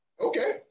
Okay